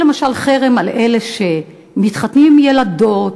חרם למשל על אלה שמתחתנים עם ילדות,